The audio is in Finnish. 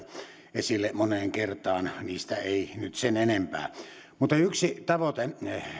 esille jo moneen kertaan niistä ei nyt sen enempää mutta yksi tavoite